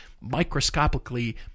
microscopically